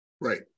right